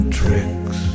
tricks